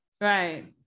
right